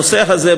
הנושא הזה,